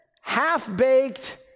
half-baked